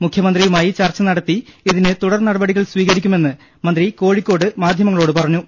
മുഖ്യമന്ത്രിയുമായി ചർച്ച നടത്തി ഇതിന് തുടർ നടപടികൾ സ്വീകരിക്കുമെന്ന് മന്ത്രി കോഴിക്കോട്ട് മാധ്യമങ്ങളോട്പറഞ്ഞു